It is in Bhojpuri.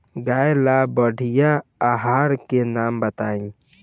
गाय ला बढ़िया आहार के नाम बताई?